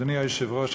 אדוני היושב-ראש,